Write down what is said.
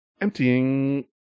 emptying